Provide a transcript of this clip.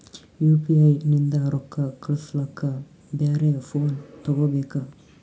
UPI ನಿಂದ ರೊಕ್ಕ ಕಳಸ್ಲಕ ಬ್ಯಾರೆ ಫೋನ ತೋಗೊಬೇಕ?